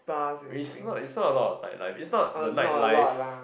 it's not it's not a lot night life it's not the night life